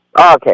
Okay